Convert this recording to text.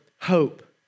hope